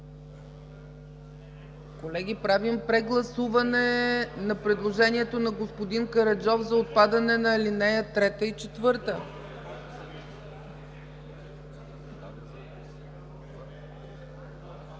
– правим прегласуване на предложението на господин Караджов за отпадане на ал. 3 и ал.